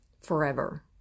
forever